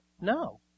No